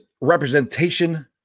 representation